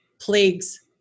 plagues